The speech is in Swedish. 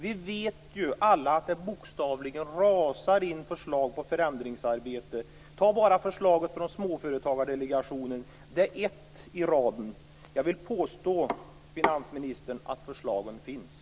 Vi vet ju alla att det bokstavligen rasar in förslag på förändringsarbete. Ta bara förslaget från Småföretagardelegationen - det är ett i raden. Jag vill påstå, finansministern, att förslagen finns!